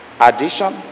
Addition